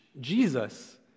Jesus